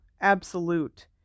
absolute